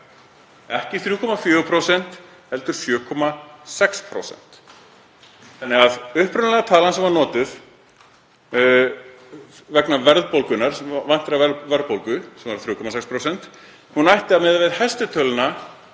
ekki 3,4% heldur 7,6%. Þannig að upprunalega talan sem var notuð vegna verðbólgunnar, væntrar verðbólgu, sem var 3,6%, ætti að miða við hæstu töluna